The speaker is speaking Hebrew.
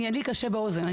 לי קשה באוזן,